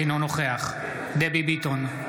אינו נוכח דבי ביטון,